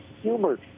humor